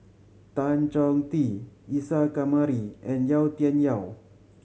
Tan Chong Tee Isa Kamari and Yau Tian Yau